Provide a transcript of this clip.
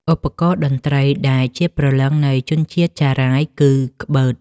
ឧបករណ៍តន្ត្រីដែលជាព្រលឹងនៃជនជាតិចារាយគឺ ក្បឺត។